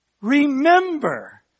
Remember